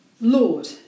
Lord